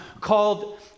called